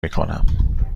میکنم